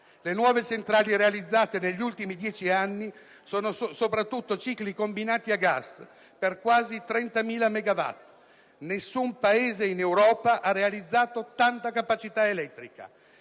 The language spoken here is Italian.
Le nuove centrali realizzate negli ultimi 10 anni sono soprattutto cicli combinati a gas per quasi 30.000 MW. In Europa nessun Paese ha realizzato tanta capacità elettrica